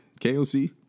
KOC